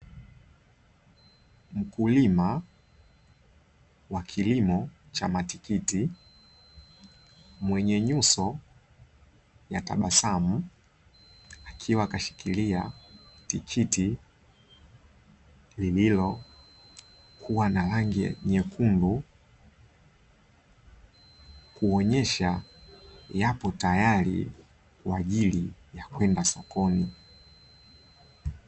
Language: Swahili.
Mkulima wa kilimo cha matikiti mwenye nyuso ya tabasamu, akiwa ameshikilia tikiti lililo na rangi nyekundu kuonyesha yapo tayari kwa ajili ya kwenda sokoni.